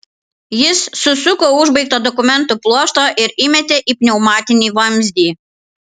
jis susuko užbaigtą dokumentų pluoštą ir įmetė į pneumatinį vamzdį